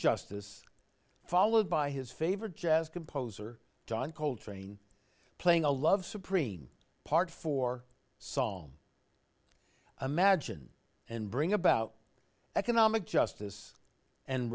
justice followed by his favorite jazz composer john coltrane playing a love supreme part for song imagine and bring about economic justice and